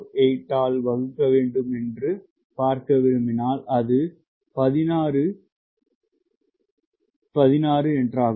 0248 ஆல் வகுக்க வேண்டும் என்று பார்க்க விரும்பினால் அது மாணவர் 16 புள்ளி